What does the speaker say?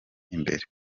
imbere